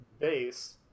base